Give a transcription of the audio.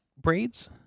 braids